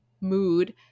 mood